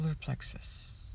plexus